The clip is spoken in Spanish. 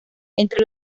entre